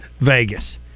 Vegas